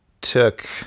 took